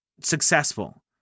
successful